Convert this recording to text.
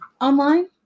Online